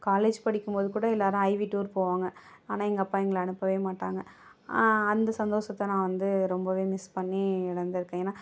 college படிக்கும் போது கூட எல்லாேரும் ஐவி டூர் போவாங்க ஆனால் எங்கள் அப்பா எங்களை அனுப்பவே மாட்டாங்க அந்த சந்தோஷத்தை நான் வந்து ரொம்பவே மிஸ் பண்ணி இழந்துருக்கேன் ஏன்னால்